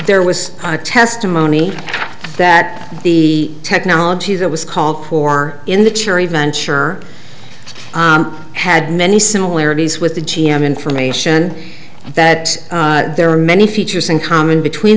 there was testimony that the technology that was called for in the cherry venture had many similarities with the g m information that there are many features in common between